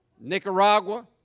Nicaragua